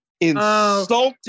insulted